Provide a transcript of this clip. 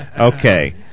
Okay